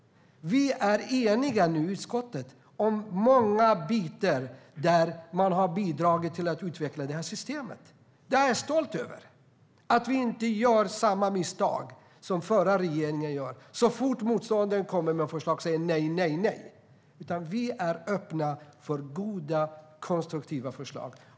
Vi är nu eniga i utskottet om många bitar. Man har bidragit till att utveckla det här systemet. Jag är stolt över att vi inte gör samma misstag som den förra regeringen. Så fort motståndaren kom med förslag sa man: nej, nej, nej. Vi är öppna för goda och konstruktiva förslag.